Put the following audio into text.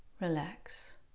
relax